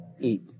eat